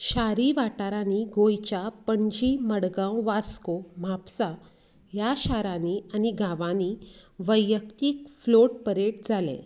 शारी वाठारांनी गोंयच्या पणजी मडगांव वास्को म्हापसा ह्या शारांनी आनी गांवांनी वैयक्तीक फ्लोट परेड जाले